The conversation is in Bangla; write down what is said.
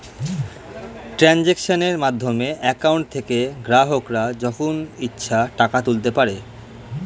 ট্রানজাক্শনের মাধ্যমে অ্যাকাউন্ট থেকে গ্রাহকরা যখন ইচ্ছে টাকা তুলতে পারে